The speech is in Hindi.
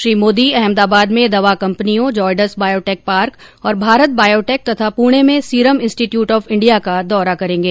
श्री मोदी अहमदाबाद में दवा कंपनियों जायडस बायोटेक पार्क और भारत बायोटेक तथा पुणे में सीरम इंस्टीट्यूट ऑफ अंडिया का दौरा करेंगे